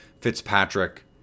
Fitzpatrick